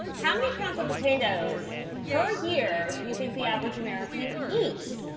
how many pounds of potatoes per year do you think the average american eats?